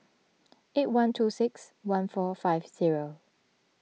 eight one two six one four five zero